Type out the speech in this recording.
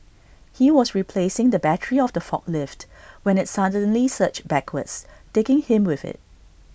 he was replacing the battery of the forklift when IT suddenly surged backwards taking him with IT